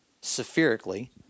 spherically